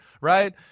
right